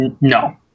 no